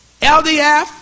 LDF